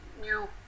new